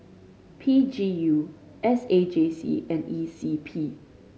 P G U S A J C and E C P